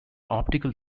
optical